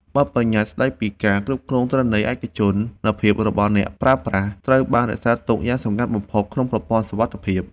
បទប្បញ្ញត្តិស្ដីពីការគ្រប់គ្រងទិន្នន័យឯកជនភាពរបស់អ្នកប្រើប្រាស់ត្រូវបានរក្សាទុកយ៉ាងសម្ងាត់បំផុតក្នុងប្រព័ន្ធសុវត្ថិភាព។